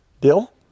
Deal